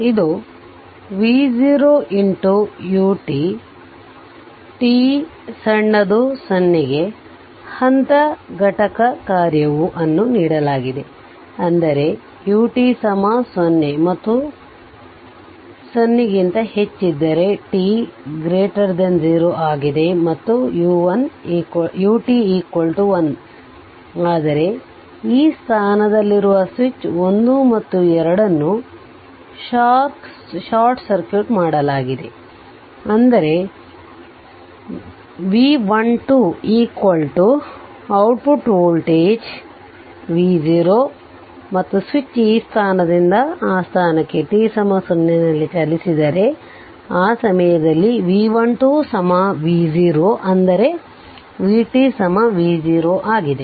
ಇದು v0 ut t0 ಗೆ ಹಂತ ಘಟಕ ಕಾರ್ಯವುಅನ್ನು ನೀಡಲಾಗಿದೆ ಅಂದರೆ ut 0 ಮತ್ತು ಅದು 0 ಕ್ಕಿಂತ ಹೆಚ್ಚಿದ್ದರೆ t 0 ಆಗಿದೆ ಮತ್ತು ut 1 ಆದರೆ ಈ ಸ್ಥಾನದಲ್ಲಿರುವ ಸ್ವಿಚ್ 1 ಮತ್ತು 2 ಅನ್ನು ಶಾರ್ಟ್ ಸರ್ಕ್ಯೂಟ್ ಮಾಡಲಾಗಿದೆ ಅಂದರೆ v12 ಔಟ್ಪುಟ್ ವೋಲ್ಟೇಜ್ ಮತ್ತು ಸ್ವಿಚ್ ಈ ಸ್ಥಾನದಿಂದ ಆ ಸ್ಥಾನಕ್ಕೆ t 0 ನಲ್ಲಿ ಚಲಿಸಿದರೆ ಆ ಸಮಯದಲ್ಲಿ v12 v0 ಅಂದರೆ v t v0 ಆಗಿದೆ